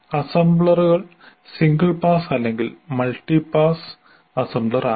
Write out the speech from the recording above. അസംബ്ലർകൾ single pass അല്ലെങ്കിൽ multi pass assembler ആകാം